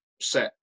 set